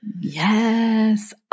Yes